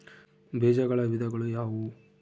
ಬೇಜಗಳ ವಿಧಗಳು ಯಾವುವು?